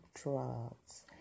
drugs